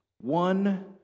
one